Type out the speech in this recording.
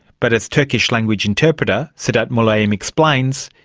but as turkish language interpreter sedat mulayim explains,